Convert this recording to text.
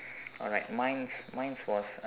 alright mine's mine's was